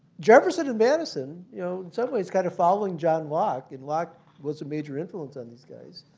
jefferson and madison you know and suddenly it's kind of following john locke, and locke was a major influence on these guys,